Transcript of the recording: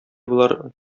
болар